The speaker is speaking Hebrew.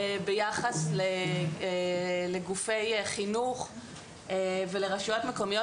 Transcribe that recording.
ביחס לגופי חינוך ולרשויות מקומיות,